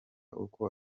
uko